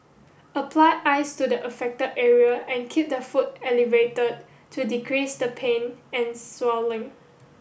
apply ice to the affect area and keep the foot elevated to decrease the pain and swelling